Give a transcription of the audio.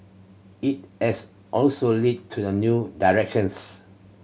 it has also led to the new directions